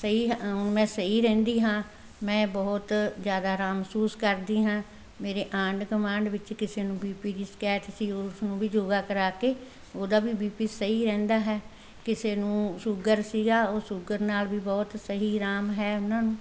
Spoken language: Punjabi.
ਸਹੀ ਹੁਣ ਮੈਂ ਸਹੀ ਰਹਿੰਦੀ ਹਾਂ ਮੈਂ ਬਹੁਤ ਜ਼ਿਆਦਾ ਆਰਾਮ ਮਹਿਸੂਸ ਕਰਦੀ ਹਾਂ ਮੇਰੇ ਆਂਡ ਗਵਾਂਡ ਵਿੱਚ ਕਿਸੇ ਨੂੰ ਬੀਪੀ ਦੀ ਸ਼ਿਕਾਇਤ ਸੀ ਉਸਨੂੰ ਵੀ ਯੋਗਾ ਕਰਾ ਕੇ ਉਹਦਾ ਵੀ ਬੀਪੀ ਸਹੀ ਰਹਿੰਦਾ ਹੈ ਕਿਸੇ ਨੂੰ ਸ਼ੂਗਰ ਸੀਗਾ ਉਹ ਸੂਗਰ ਨਾਲ ਵੀ ਬਹੁਤ ਸਹੀ ਆਰਾਮ ਹੈ ਉਹਨਾਂ ਨੂੰ